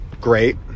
great